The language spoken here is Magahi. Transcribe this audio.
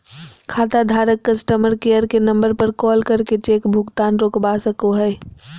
खाताधारक कस्टमर केयर के नम्बर पर कॉल करके चेक भुगतान रोकवा सको हय